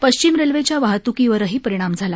पश्चिम रेल्वेच्या वाहतूकीवरही परिणाम झाला